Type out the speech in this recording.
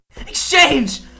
Exchange